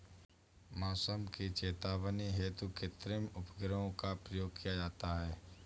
मौसम की चेतावनी हेतु कृत्रिम उपग्रहों का प्रयोग किया जाता है